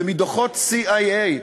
ומדוחות CIA,